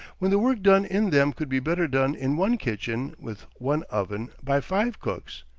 when the work done in them could be better done in one kitchen, with one oven, by five cooks?